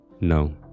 No